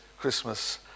Christmas